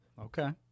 Okay